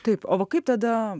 taip o va kaip tada